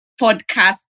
podcast